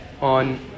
On